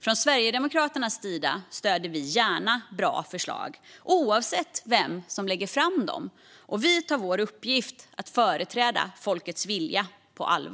Från Sverigedemokraternas sida stöder vi gärna bra förslag, oavsett vem som lägger fram dem. Vi tar vår uppgift att företräda folkets vilja på allvar.